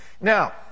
Now